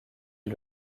est